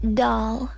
doll